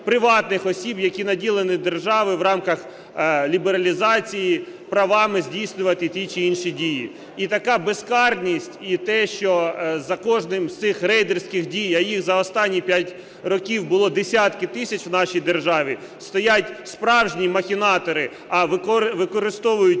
приватних осіб, які наділені державою в рамках лібералізації правами здійснювати ті чи інші дії. І така безкарність, і те, що за кожним з цих рейдерських дій, а їх за останні 5 років було десятки тисяч в нашій державі, стоять справжні махінатори. А використовують